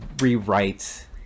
rewrite